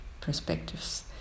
perspectives